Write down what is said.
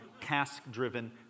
task-driven